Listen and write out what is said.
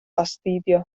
fastidio